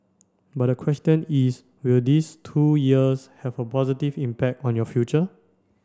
but the question is will these two years have a positive impact on your future